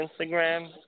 Instagram